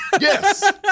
Yes